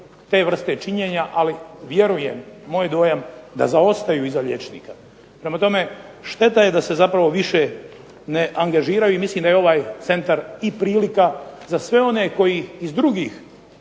te vrste činjenja, ali moj dojam da zaostaju iza liječnika. Prema tome, šteta je da se više ne angažiraju i mislim da je ovaj Centar i prilika za sve one koji iz drugih